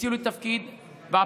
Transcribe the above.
הציעו לי תפקיד בפרקליטות.